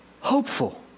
hopeful